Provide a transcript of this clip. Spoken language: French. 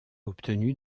obtenu